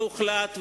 והוחלט,